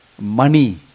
Money